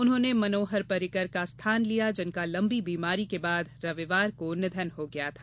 उन्होंने मनोहर पर्रिकर का स्थान लिया जिनका लंबी बीमारी के बाद रविवार को निधन हो गया था